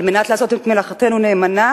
על מנת לעשות את מלאכתנו נאמנה,